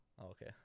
okay